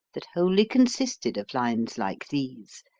that wholly consisted of lines like these,